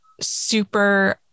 super